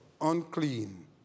unclean